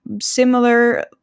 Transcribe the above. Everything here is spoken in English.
similar